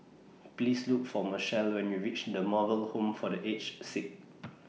Please Look For Michaele when YOU REACH The Moral Home For The Aged Sick